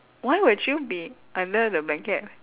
why would you be under the blanket